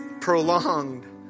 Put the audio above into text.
prolonged